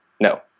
No